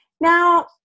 Now